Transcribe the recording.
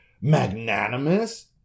magnanimous